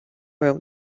room